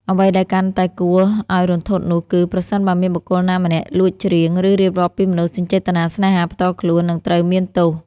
អ្វីដែលកាន់តែគួរឲ្យរន្ធត់នោះគឺ ប្រសិនបើមានបុគ្គលណាម្នាក់លួចច្រៀង ឬរៀបរាប់ពីមនោសញ្ចេតនាស្នេហាផ្ទាល់ខ្លួន និងត្រូវមានទោស។